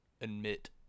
admit